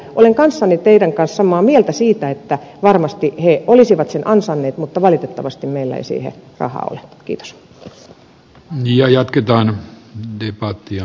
olen teidän kanssanne samaa mieltä siitä että varmasti he olisivat sen ansainneet mutta valitettavasti meillä ei siihen rahaa ole